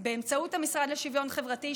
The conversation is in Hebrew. באמצעות המשרד לשוויון חברתי,